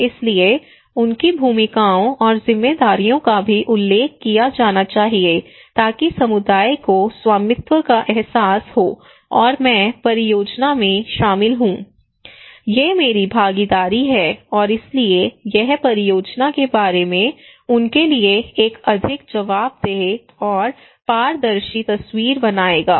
इसलिए उनकी भूमिकाओं और जिम्मेदारियों का भी उल्लेख किया जाना चाहिए ताकि समुदाय को स्वामित्व का एहसास हो और मैं परियोजना में शामिल हूं ये मेरी भागीदारी है और इसलिए यह परियोजना के बारे में उनके लिए एक अधिक जवाबदेह और पारदर्शी तस्वीर बनाएगा